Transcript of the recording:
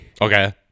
Okay